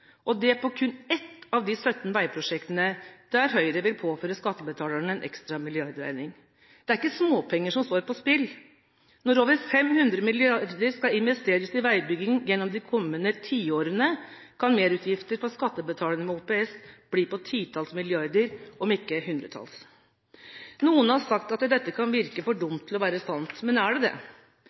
tapt, og det på kun ett av de 17 veiprosjektene der Høyre vil påføre skattebetalerne en ekstra milliardregning. Det er ikke småpenger som står på spill. Når over 500 mrd. kr skal investeres i veibygging gjennom de kommende tiårene, kan merutgifter for skattebetalerne ved OPS bli på titalls milliarder, om ikke hundretalls. Noen har sagt at dette kan virke for dumt til å være sant – men er det det?